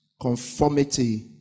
conformity